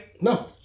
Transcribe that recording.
No